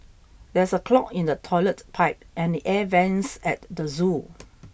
there is a clog in the toilet pipe and the air vents at the zoo